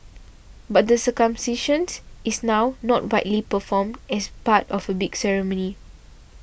but the circumcisions is now not widely performed as part of a big ceremony